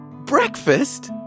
breakfast